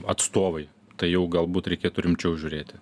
atstovai tai jau galbūt reikėtų rimčiau žiūrėti